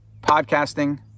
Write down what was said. podcasting